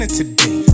Today